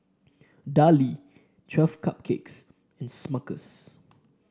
Darlie Twelve Cupcakes and Smuckers